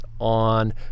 on